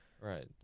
Right